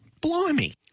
blimey